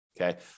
okay